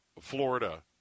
Florida